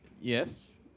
Yes